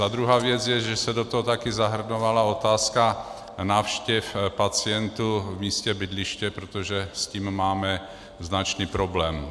A druhá věc je, že se do toho taky zahrnovala otázka návštěv pacientů v místě bydliště, protože s tím máme značný problém.